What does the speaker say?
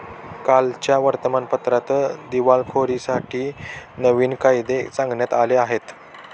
कालच्या वर्तमानपत्रात दिवाळखोरीसाठी नवीन कायदे सांगण्यात आले आहेत